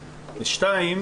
והשני,